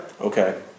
Okay